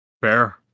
Fair